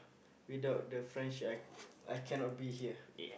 without the friendship I I cannot be here